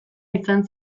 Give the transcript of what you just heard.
izan